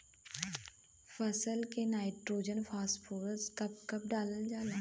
फसल में nitrogen phosphorus कब कब डालल जाला?